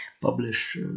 publish